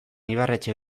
ibarretxe